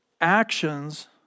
Actions